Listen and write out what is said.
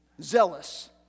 zealous